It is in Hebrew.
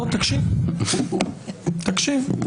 וכן החוק הזה הוא חשוב לאיזון בדמוקרטיה כי בשלוש השנים האחרונות